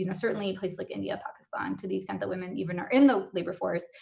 you know certainly in places like india, pakistan, to the extent that women even are in the labor force,